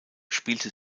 spielte